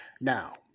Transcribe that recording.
Now